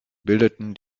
bildeten